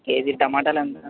KG టొమాటోలు ఎంత